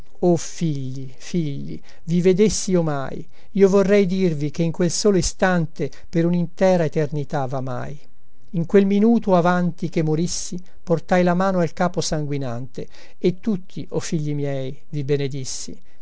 o figli figli vi vedessi io mai io vorrei dirvi che in quel solo istante per unintera eternità vamai in quel minuto avanti che morissi portai la mano al capo sanguinante e tutti o figli miei vi